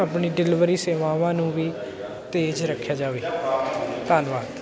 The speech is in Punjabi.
ਆਪਣੀ ਡਿਲਵਰੀ ਸੇਵਾਵਾਂ ਨੂੰ ਵੀ ਤੇਜ਼ ਰੱਖਿਆ ਜਾਵੇ ਧੰਨਵਾਦ